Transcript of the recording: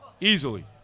easily